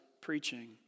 preaching